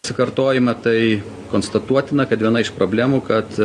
tsikartojimą tai konstatuotina kad viena iš problemų kad